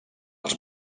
els